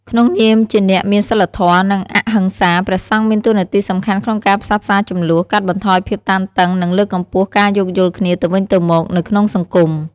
ក្នុងនាមជាអ្នកមានសីលធម៌ និងអហិង្សា ព្រះសង្ឃមានតួនាទីសំខាន់ក្នុងការផ្សះផ្សាជម្លោះ កាត់បន្ថយភាពតានតឹង និងលើកកម្ពស់ការយោគយល់គ្នាទៅវិញទៅមកនៅក្នុងសង្គម។